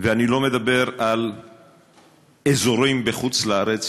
ואני לא מדבר על אזורים בחוץ-לארץ,